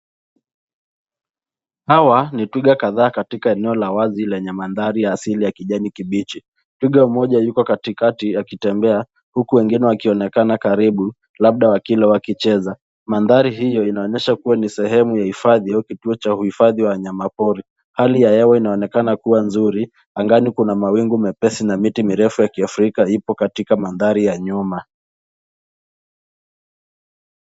Hawa ni twiga kadhaa katika eneo la wazi lenye mandhari ya asili ya kijani kibichi. Twiga mmoja yuko katikati akitembea, huku wengine wakionekana karibu, labda wakila au wakicheza. Mandhari hiyo inaonyesha kuwa ni sehemu ya hifadhi au kituo cha uhifadhi wa wanyamapori. Hali ya hewa inaonekana kuwa nzuri, angani kuna mawingu mepesi na miti mirefu ya Kiafrika ipo katika mandhari ya nyuma.